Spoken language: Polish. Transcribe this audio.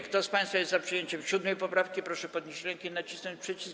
Kto z państwa jest za przyjęciem 7. poprawki, proszę podnieść rękę i nacisnąć przycisk.